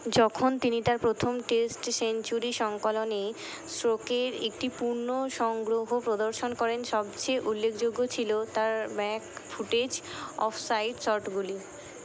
যখন তিনি তার প্রথম টেস্ট সেঞ্চুরি সংকলনে শ্রোকের একটি পূর্ণ সংগ্রহ প্রদর্শন করেন সবচেয়ে উল্লেখযোগ্য ছিল তার ব্যাক ফুটেজ অফসাইট শটগুলি